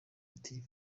ati